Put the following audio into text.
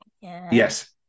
Yes